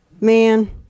Man